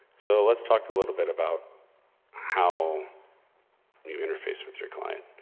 so let's talk a little bit about how you interface with your client.